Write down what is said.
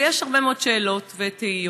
ויש הרבה מאוד שאלות ותהיות.